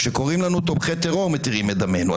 כשקוראים לנו "תומכי טרור", מתירים את דמנו.